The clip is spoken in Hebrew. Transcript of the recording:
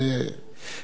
רק אני אומר,